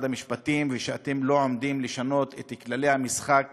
המשפטים ושאתם לא עומדים לשנות את כללי המשחק